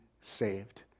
saved